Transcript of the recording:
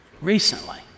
recently